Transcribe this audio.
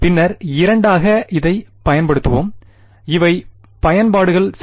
பின்னர் இரண்டாக இதைப் பயன்படுத்துவோம் இவை பயன்பாடுகள் சரி